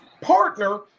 partner